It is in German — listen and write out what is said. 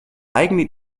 eigenen